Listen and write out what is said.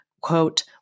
quote